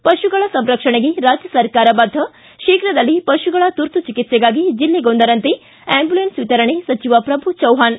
ಿ ಪಶುಗಳ ಸಂರಕ್ಷಣೆಗೆ ರಾಜ್ಯ ಸರ್ಕಾರ ಬದ್ದ ಶೀಘದಲ್ಲೇ ಪಶುಗಳ ತುರ್ತು ಚಿಕಿತ್ನೆಗಾಗಿ ಜಿಲ್ಲೆಗೊಂದರಂತೆ ಆಂಬ್ಯುಲೆನ್ಸ್ ವಿತರಣೆ ಸಚಿವ ಪ್ರಭು ಚವ್ವಾಣ್